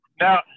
Now